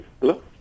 Hello